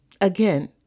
again